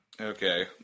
Okay